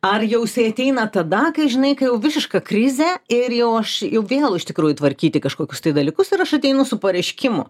ar jau jisai ateina tada kai žinai kai jau visiška krizė ir jau aš jau vėlu iš tikrųjų tvarkyti kažkokius dalykus ir aš ateinu su pareiškimu